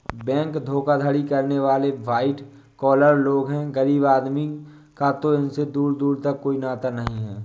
बंधक धोखाधड़ी करने वाले वाइट कॉलर लोग हैं गरीब आदमी का तो इनसे दूर दूर का कोई नाता नहीं है